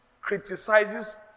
criticizes